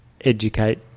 educate